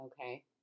Okay